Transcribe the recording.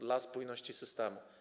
Dla spójności systemu.